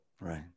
Right